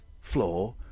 floor